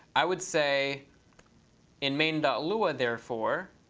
i would say in main lua, therefor,